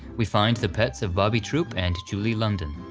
we find the pets of bobby troup and julie london.